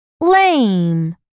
lame